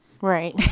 Right